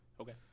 Okay